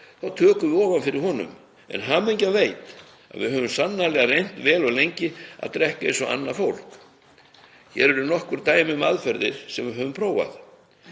þá tökum við ofan fyrir honum. Hamingjan veit, að við höfum sannarlega reynt vel og lengi að drekka eins og annað fólk. Hér eru nokkur dæmi um aðferðir sem við höfum prófað: